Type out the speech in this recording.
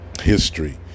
history